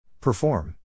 Perform